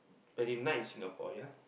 very nice Singapore ya